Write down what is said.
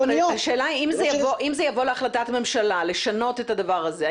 אם יבוא להחלטת ממשלה לשנות את הדבר הזה,